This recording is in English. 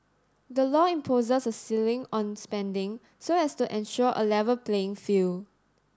the law imposes a ceiling on spending so as to ensure a level playing field